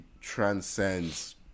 transcends